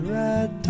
red